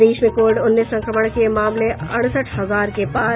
प्रदेश में कोविड उन्नीस संक्रमण के मामले अड़सठ हजार के पार